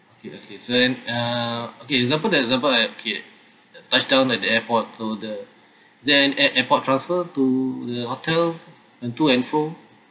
okay okay then uh okay example that example ah okay touch down at the airport to the then uh airport transfer to the hotel and to and fro